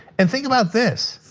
and think about this.